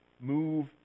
move